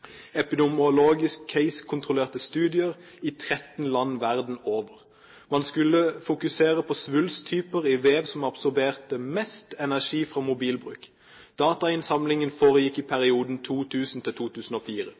i 13 land verden over. Man skulle fokusere på svulsttyper i vev som absorberer mest energi fra mobilbruk. Datainnsamlingen foregikk i